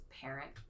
parent